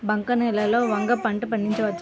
బంక నేలలో వంగ పంట పండించవచ్చా?